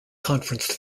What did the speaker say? conference